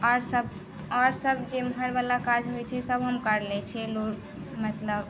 आओरसभ आओरसभ जे एम्हरवला काज होइत छै सभ हम करि लैत छियै लुरि मतलब